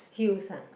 heels [huh]